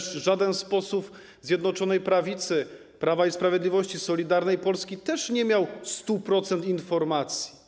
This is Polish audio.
Żaden z posłów Zjednoczonej Prawicy, Prawa i Sprawiedliwości, Solidarnej Polski też nie miał 100-procentowej informacji.